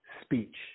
speech